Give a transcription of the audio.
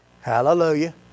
Hallelujah